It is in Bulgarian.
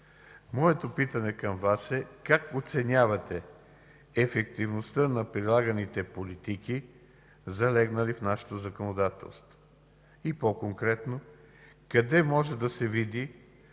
Моето питане към Вас е: как оценявате ефективността на прилаганите политики, залегнали в нашето законодателство? И по-конкретно: къде може да се види